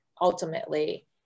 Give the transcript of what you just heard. ultimately